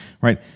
Right